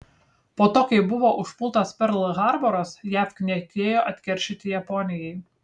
po to kai buvo užpultas perl harboras jav knietėjo atkeršyti japonijai